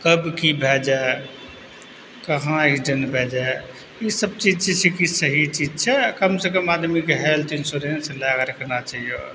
कब की भए जाइ कहाँ एक्सीडेन्ट भए जाइ ईसब चीज जे छै कि सही चीज छै कम सँ कम आदमीके हेल्थ इन्श्योरेंस लएके रखना चहिये